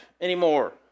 anymore